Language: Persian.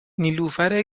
نیلوفر